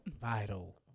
vital